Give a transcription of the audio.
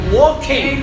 walking